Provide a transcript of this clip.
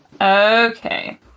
okay